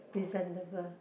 presentable